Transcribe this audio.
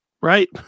Right